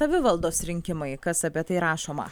savivaldos rinkimai kas apie tai rašoma